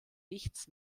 nichts